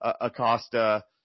Acosta